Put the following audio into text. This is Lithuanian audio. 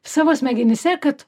savo smegenyse kad